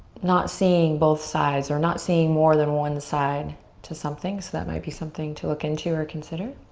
not seeing both sides, or not seeing more than one side to something. so that might be something to look into or consider.